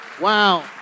Wow